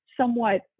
somewhat